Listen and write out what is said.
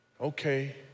okay